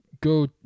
go